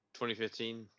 2015